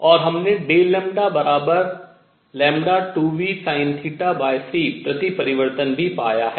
और हमने Δλλ2vsinθc प्रति परावर्तन भी पाया है